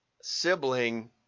sibling